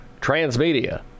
Transmedia